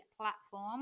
platform